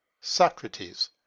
Socrates